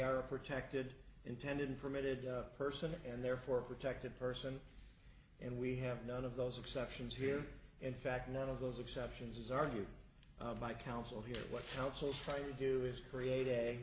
are a protected intended permitted person and therefore protected person and we have none of those exceptions here in fact none of those exceptions is argued by council here what councils try to do is create a